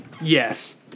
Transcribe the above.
Yes